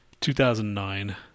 2009